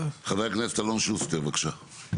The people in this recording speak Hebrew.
חבר הכנסת אלון שוסטר, בבקשה.